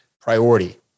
priority